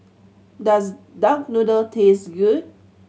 does duck noodle taste good